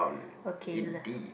okay leh